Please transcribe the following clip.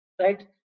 right